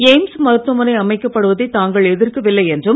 AIIMS மருத்துவமனை அமைக்கப்படுவதைத் தாங்கள் எதிர்க்கவில்லை என்றும்